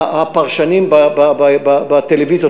הפרשנים בטלוויזיות,